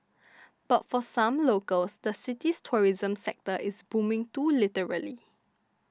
but for some locals the city's tourism sector is booming too literally